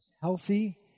healthy